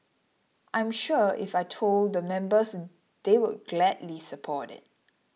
I'm sure if I had told the members they would gladly support it